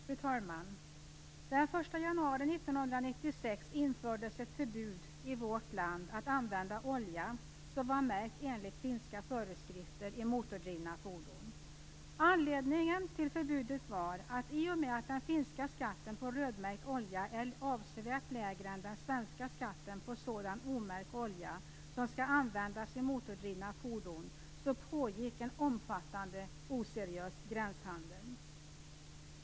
Fru talman! Den 1 januari 1996 infördes ett förbud i vårt land mot att använda olja som var märkt enligt finska föreskrifter i motordrivna fordon. Anledningen till förbudet var att i och med att den finska skatten på rödmärkt olja är avsevärt lägre än den svenska skatten på sådan omärkt olja som skall användas i motordrivna fordon pågick en omfattande oseriös gränshandel.